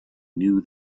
knew